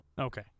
okay